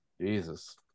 Jesus